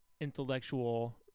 intellectual